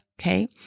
okay